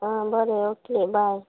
आ बरें ओके बाय